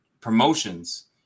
promotions